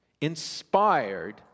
inspired